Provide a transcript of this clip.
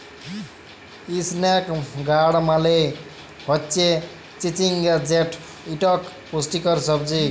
ইসনেক গাড় মালে হচ্যে চিচিঙ্গা যেট ইকট পুষ্টিকর সবজি